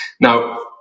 Now